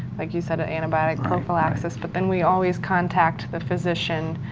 like you said, antibiotic prophylaxis but then we always contact the physician,